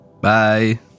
Bye